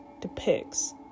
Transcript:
depicts